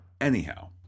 Anyhow